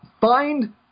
find